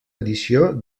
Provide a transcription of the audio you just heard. edició